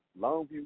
Longview